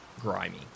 grimy